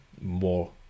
more